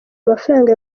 amafaranga